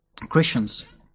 Christians